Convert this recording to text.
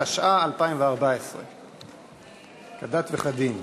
התשע"ה 2014. כדת וכדין.